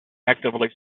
actively